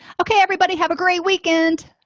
okay everybody have a great weekend